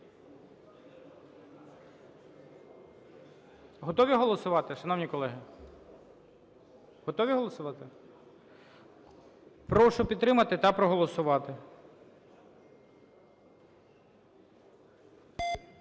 Готові голосувати, шановні колеги? Готові голосувати? Прошу підтримати та проголосувати?